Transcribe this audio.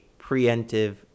preemptive